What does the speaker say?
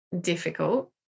difficult